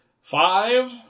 five